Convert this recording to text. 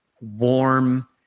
warm